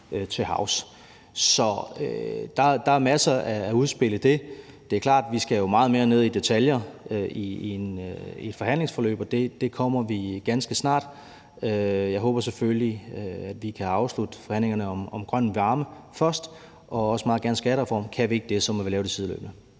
til havs. Så der er masser af udspil i det. Det er klart, at vi jo skal meget mere ned i detaljer i et forhandlingsforløb, og det kommer vi ganske snart. Jeg håber selvfølgelig, at vi kan afslutte forhandlingerne om grøn varme først – og også meget gerne en skattereform – men kan vi ikke det, må vi lave det sideløbende.